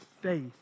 faith